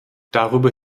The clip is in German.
darüber